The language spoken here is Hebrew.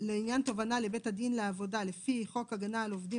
לעניין תובענה לבית הדין לעבודה לפי חוק הגנה על עובדים